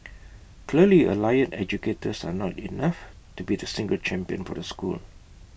clearly allied educators are not enough to be the single champion for the school